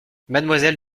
mademoiselle